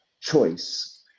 choice